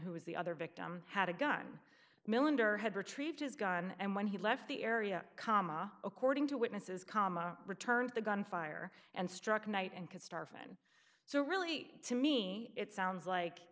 who was the other victim had a gun milind or had retrieved his gun and when he left the area comma according to witnesses comma returned the gunfire and struck night and could starvin so really to me it sounds like